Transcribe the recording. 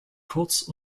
kurz